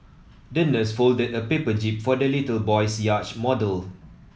the nurse folded a paper jib for the little boy's yacht model